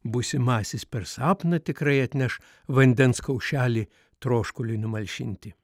būsimąsis per sapną tikrai atneš vandens kaušelį troškuliui numalšinti